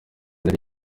yari